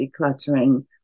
decluttering